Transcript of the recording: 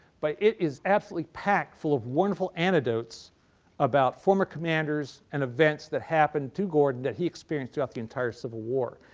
but it is absolutely packed full of wonderful anecdotes about former commanders and events that happened to gordon that he experienced throughout the entire civil war.